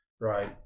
right